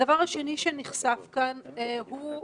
הדבר השני שנחשף כאן הוא,